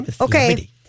Okay